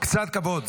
קצת כבוד.